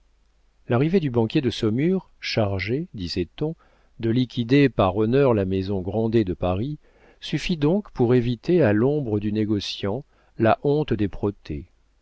l'arrivée du banquier de saumur chargé disait-on de liquider par honneur la maison grandet de paris suffit donc pour éviter à l'ombre du négociant la honte des protêts